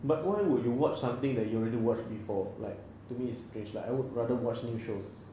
but why would you watch something that you already watch before like to me it's strange like I would rather watch new shows